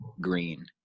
green